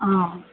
অঁ